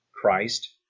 Christ